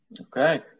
Okay